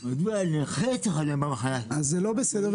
מדוע נכה -- זה לא בסדר,